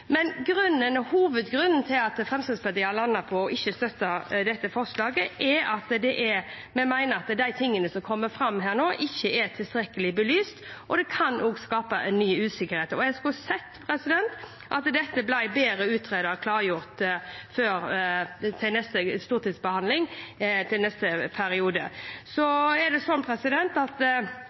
Men hovedgrunnen til at Fremskrittspartiet har landet på ikke å støtte dette forslaget, er at vi mener at de tingene som kommer fram her nå, ikke er tilstrekkelig belyst, og det kan også skape ny usikkerhet. Jeg skulle gjerne ha sett at dette ble bedre utredet og klargjort til neste stortingsbehandling i neste periode. Så er det sånn at